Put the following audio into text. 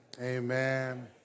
Amen